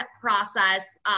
process